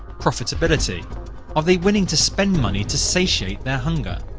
profitability are they willing to spend money to satiate their hunger?